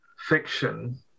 fiction